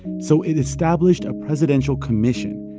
so it established a presidential commission.